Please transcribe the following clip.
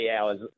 hours